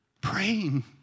praying